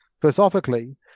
philosophically